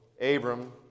Abram